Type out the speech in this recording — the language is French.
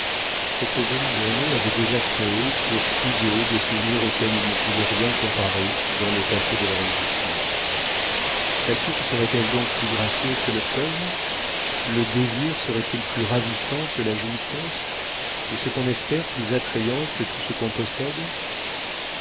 cette jolie journée avait déjà créé pour tous deux des souvenirs auxquels ils ne pouvaient rien comparer dans le passé de leur existence la source serait-elle donc plus gracieuse que le fleuve le désir serait-il plus ravissant que la jouissance et ce qu'on espère plus attrayant que tout ce qu'on possède